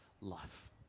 life